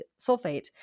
sulfate